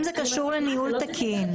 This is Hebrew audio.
זה קשור לניהול תקין --- אני מסכימה,